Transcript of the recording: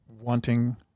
wanting